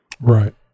Right